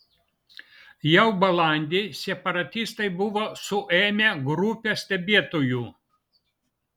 jau balandį separatistai buvo suėmę grupę stebėtojų